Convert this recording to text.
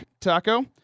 taco